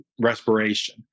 respiration